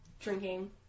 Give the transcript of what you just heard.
drinking